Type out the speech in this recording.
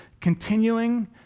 continuing